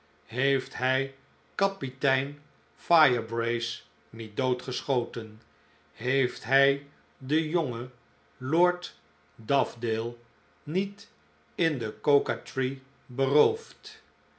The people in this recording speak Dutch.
heeft hij kapitein firebrace niet doodgeschoten heeft hij den jongen lord dovedale niet in de cocoa tree beroofd